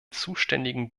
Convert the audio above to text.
zuständigen